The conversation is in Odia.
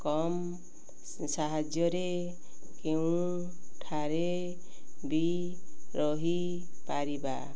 କମ୍ ସାହାଯ୍ୟରେ କେଉଁଠାରେ ବି ରହିପାରିବା